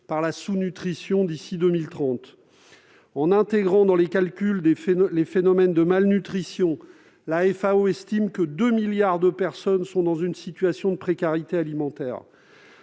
par la sous-nutrition d'ici à 2030. En intégrant dans les calculs les phénomènes de malnutrition, la FAO estime que 2 milliards de personnes sont dans une situation de précarité alimentaire.